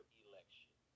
election